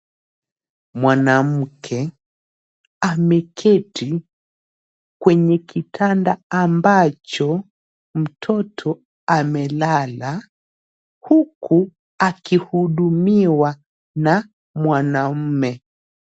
Mwanamke ameketi kwenye kitanda ambacho mtoto amelala huku akihudumiwa na mwanamume.